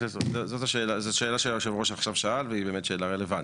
זאת שאלה שהיושב ראש עכשיו שאל והיא באמת שאלה רלוונטית.